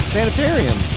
Sanitarium